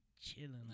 chilling